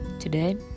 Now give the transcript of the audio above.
Today